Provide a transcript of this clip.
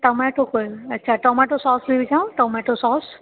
tomato अच्छा tomato sauce बि विझां टमैटो सॉस